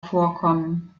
vorkommen